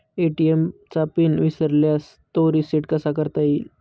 ATM चा pin विसरल्यास तो रिसेट कसा करता येईल?